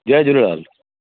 Jay Jhulelal